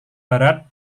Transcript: barat